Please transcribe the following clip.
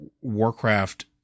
Warcraft